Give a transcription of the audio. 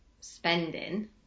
spending